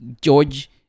george